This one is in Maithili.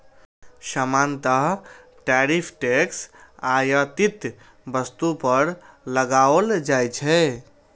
सामान्यतः टैरिफ टैक्स आयातित वस्तु पर लगाओल जाइ छै